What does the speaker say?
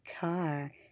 Car